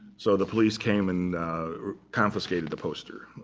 so the police came and confiscated the poster.